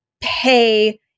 pay